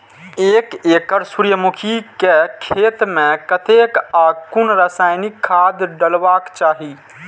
एक एकड़ सूर्यमुखी केय खेत मेय कतेक आ कुन रासायनिक खाद डलबाक चाहि?